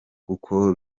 kuko